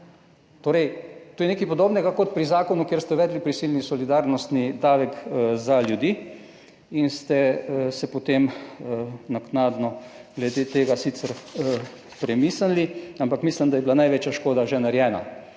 evrov. To je nekaj podobnega kot pri zakonu, kjer ste uvedli prisilni solidarnostni davek za ljudi in ste si potem naknadno glede tega sicer premislili, ampak mislim, da je bila največja škoda že narejena.